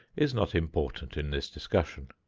is not important in this discussion.